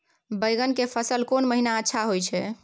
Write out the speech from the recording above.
बैंगन के फसल कोन महिना अच्छा होय छै?